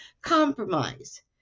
compromise